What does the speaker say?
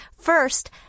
First